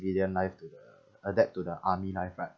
civilian life to the adapt to the army life right